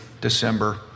December